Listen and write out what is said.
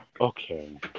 Okay